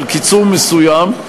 אבל קיצור מסוים.